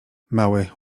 mały